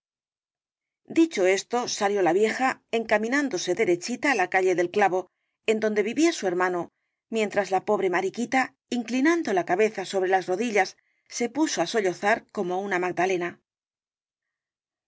dicho esto salió la vieja encaminándose derechita el caballero de las botas azules á la calle del clavo en donde vivía su hermano mientras la pobre mariquita inclinando la cabeza sobre las rodillas se puso á sollozar como una magdalena